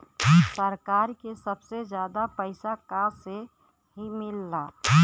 सरकार के सबसे जादा पइसा कर से ही मिलला